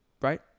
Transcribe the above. right